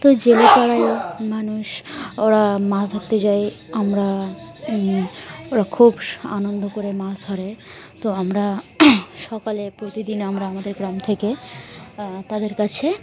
তো জেলেপড়ায় মানুষ ওরা মাছ ধরতে যায় আমরা ওরা খুব আনন্দ করে মাছ ধরে তো আমরা সকালে প্রতিদিন আমরা আমাদের গ্রাম থেকে তাদের কাছে